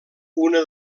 una